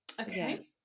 Okay